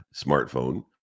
smartphone